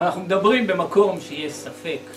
אנחנו מדברים במקום שיש ספק